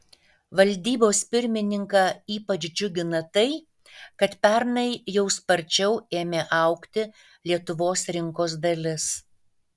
valdybos pirmininką ypač džiugina tai kad pernai jau sparčiau ėmė augti lietuvos rinkos dalis